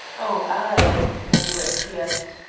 oh ay! mungo acquiesced,